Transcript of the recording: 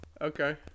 Okay